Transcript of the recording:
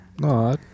No